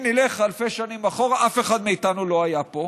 אם נלך אלפי שנים אחורה, אף אחד מאיתנו לא היה פה.